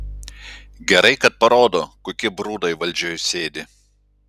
gerai kad parodo kokie brudai valdžioj sėdi